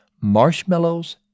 Marshmallows